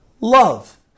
Love